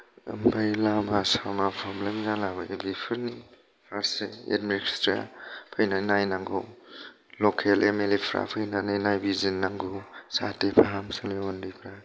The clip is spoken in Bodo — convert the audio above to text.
ओमफाय लामा सामा प्रब्लेम जालाबायो बेफोरनि फारसे एदमिनिस्त्रेसना फैनानै नायनांगौ लकेल एम एल ए फोरा फैनानै नायबिजिरनांगौ जाहाथे फाहामसालियाव ओन्दैफ्रा